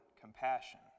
compassion